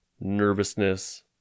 nervousness